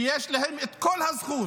שיש להם את כל הזכות